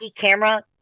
camera